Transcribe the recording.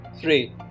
Three